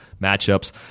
matchups